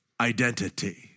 identity